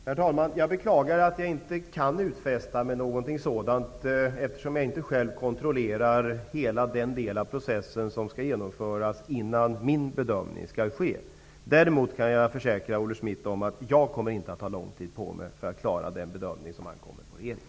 Herr talman! Jag beklagar att jag inte kan ge någon utfästelse. Jag kontrollerar inte själv hela den process som skall genomföras innan min bedömning skall ske. Däremot kan jag försäkra Olle Schmidt att jag inte kommer att ta lång tid på mig att göra den bedömning som ankommer på regeringen.